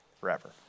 forever